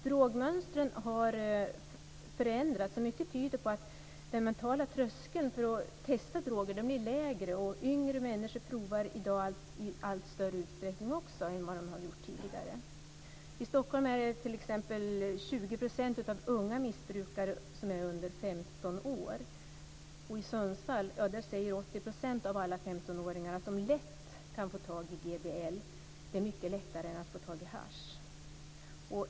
Drogmönstren har förändrats, och mycket tyder på att den mentala tröskeln för att testa droger blir allt lägre, och yngre människor provar i dag narkotika i allt större utsträckning än tidigare. I Stockholm är nu t.ex. 20 % av unga missbrukare under 15 år. I Sundsvall säger 80 % av 15-åringarna att de lätt kan få tag i GBL. Det är mycket lättare än att få tag i hasch.